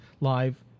live